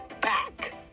back